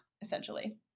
essentially